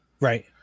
Right